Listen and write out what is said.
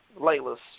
Layla's